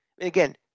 Again